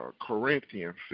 Corinthians